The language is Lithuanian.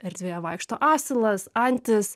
erdvėje vaikšto asilas antis